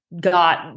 got